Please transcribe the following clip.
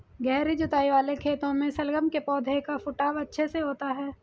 गहरी जुताई वाले खेतों में शलगम के पौधे का फुटाव अच्छे से होता है